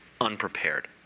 unprepared